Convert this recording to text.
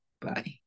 Bye